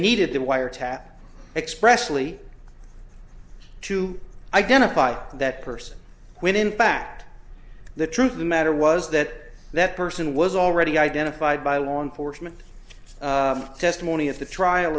needed the wiretap expressly to identify that person when in fact the truth of the matter was that that person was already identified by law enforcement testimony at the trial